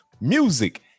music